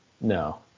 no